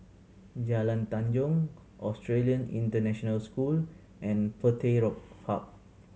Jalan Tanjong Australian International School and Petir Park